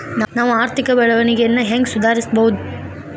ನಾವು ಆರ್ಥಿಕ ಬೆಳವಣಿಗೆಯನ್ನ ಹೆಂಗ್ ಸುಧಾರಿಸ್ಬಹುದ್?